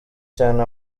cyane